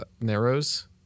Narrows